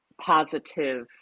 positive